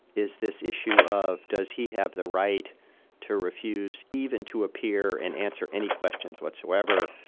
is this issue of does he have the right to refuse even to appear and answer any questions whatsoever,